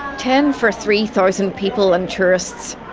ten for three thousand people and tourists.